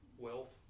wealth